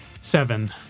Seven